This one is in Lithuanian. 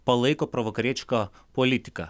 palaiko provakarietišką politiką